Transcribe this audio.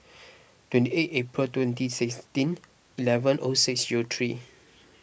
twenty eight April twenty sixteen eleven O six zero three